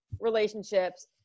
relationships